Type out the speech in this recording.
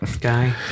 guy